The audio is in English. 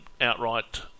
outright